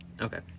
Okay